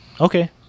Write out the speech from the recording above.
okay